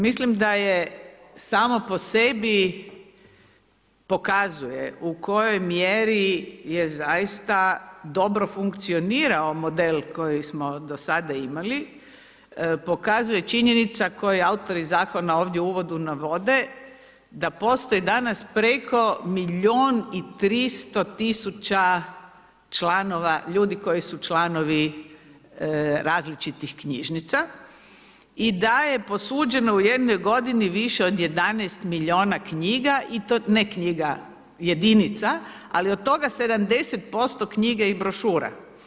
Mislim da je samo po sebi pokazuje u kojoj mjeri je zaista dobro funkcionirao model koji smo do sada imali pokazuje činjenica koji autori zakona ovdje u uvodu navode da postoji danas preko milijun i 300 000 članova, ljudi koji su članovi različitih knjižnica i da je posuđeno u jednoj godini više od 11 milijuna knjiga i to ne knjiga, jedinica, ali od toga 70% knjiga i brošura.